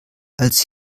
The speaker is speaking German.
als